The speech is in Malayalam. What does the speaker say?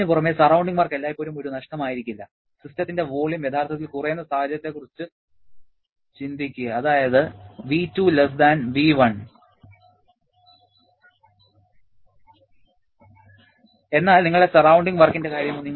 അതിനുപുറമെ സറൌണ്ടിങ് വർക്ക് എല്ലായ്പ്പോഴും ഒരു നഷ്ടമായിരിക്കില്ല സിസ്റ്റത്തിന്റെ വോളിയം യഥാർത്ഥത്തിൽ കുറയുന്ന സാഹചര്യത്തെക്കുറിച്ച് ചിന്തിക്കുക അതായത് V2 V1 എന്നാൽ നിങ്ങളുടെ സറൌണ്ടിങ് വർക്കിന്റെ കാര്യമോ